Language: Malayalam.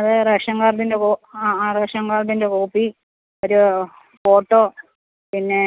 അത് റേഷൻ കാർഡിൻ്റെ ആ ആ റേഷൻ കാർഡിൻ്റെ കോപ്പി ഒരു ഫോട്ടോ പിന്നെ